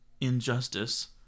injustice